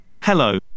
Hello